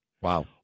Wow